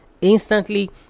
instantly